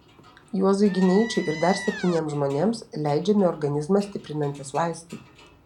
juozui gineičiui ir dar septyniems žmonėms leidžiami organizmą stiprinantys vaistai